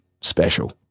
special